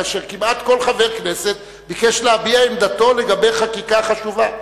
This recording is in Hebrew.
וכמעט כל חבר כנסת ביקש להביע את עמדתו לגבי חקיקה חשובה.